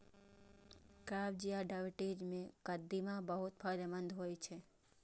कब्ज आ डायबिटीज मे कदीमा बहुत फायदेमंद होइ छै